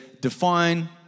define